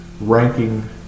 ranking